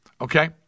Okay